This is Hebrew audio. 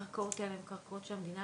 הקרקעות האלה הן קרקעות של המדינה